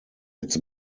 its